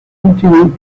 último